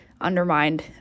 undermined